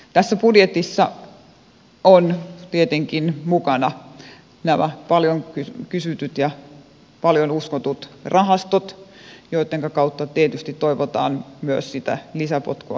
tässä budjetissa ovat tietenkin mukana nämä paljon kysytyt ja paljon uskotut rahastot joittenka kautta tietysti toivotaan myös sitä lisäpotkua saatavan